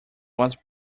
was